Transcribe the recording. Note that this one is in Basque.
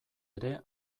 ere